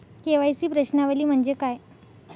KYC प्रश्नावली म्हणजे काय?